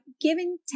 giving